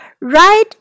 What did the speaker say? right